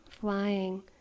flying